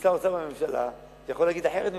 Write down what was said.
ושר האוצר בממשלה יכול להגיד אחרת ממני.